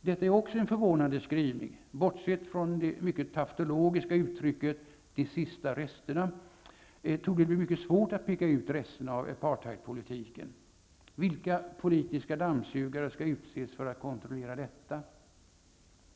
Detta är också en förvånande skrivning. Bortsett från det mycket tautologiska uttrycket ''de sista resterna'', torde det bli mycket svårt att peka ut resterna av apartheidpolitiken. Vilka politiska dammsugare skall utses för att kontrolla detta?